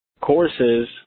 courses